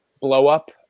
blow-up